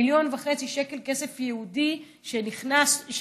1.5 מיליון שקל כסף ייעודי שהכנסתי,